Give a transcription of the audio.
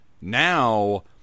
now